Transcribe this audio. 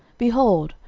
behold,